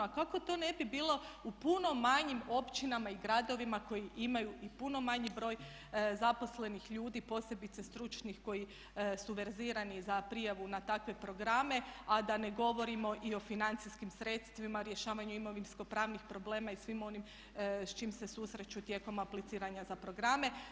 A kako to ne bi bilo u puno manjim općinama i gradovima koji imaju i puno manji broj zaposlenih ljudi posebice stručnih koji suverzirani za prijavu na takve programe, a da ne govorimo i o financijskim sredstvima, rješavanju imovinsko-pravnih problema i svim onim s čim se susreću tijekom apliciranja za programe.